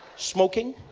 smoking,